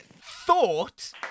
Thought